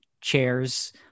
chairs